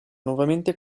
nuovamente